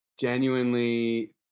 genuinely